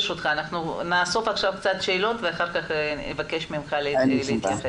ברשותך אנחנו נאסוף עכשיו קצת שאלות ונבקש ממך להתייחס.